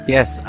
Yes